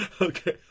Okay